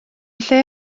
lle